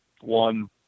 one